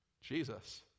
Jesus